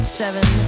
seven